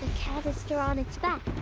cannister on its back.